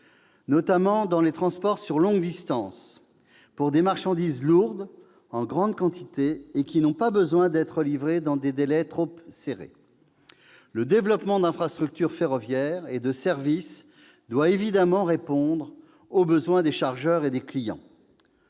notamment dans les transports sur longue distance, pour des marchandises lourdes, en grande quantité et n'ayant pas besoin d'être livrées dans des délais trop serrés. Le développement d'infrastructures ferroviaires et de services doit évidemment répondre aux besoins des chargeurs et des clients.